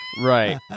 Right